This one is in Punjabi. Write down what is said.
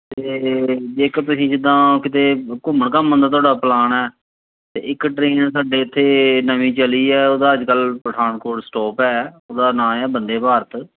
ਅਤੇ ਜੇਕਰ ਤੁਸੀਂ ਜਿੱਦਾਂ ਕਿਤੇ ਘੁੰਮਣ ਘਾਮਣ ਦਾ ਤੁਹਾਡਾ ਪਲਾਨ ਹੈ ਤਾਂ ਇੱਕ ਟ੍ਰੇਨ ਸਾਡੇ ਇੱਥੇ ਨਵੀਂ ਚੱਲੀ ਆ ਉਹਦਾ ਅੱਜ ਕੱਲ੍ਹ ਪਠਾਨਕੋਟ ਸਟੋਪ ਹੈ ਉਹਦਾ ਨਾਂ ਆ ਬੰਦੇ ਭਾਰਤ